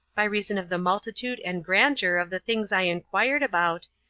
by reason of the multitude and grandeur of the things i inquired about,